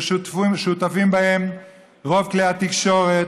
ששותפים בה רוב כלי התקשורת,